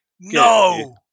No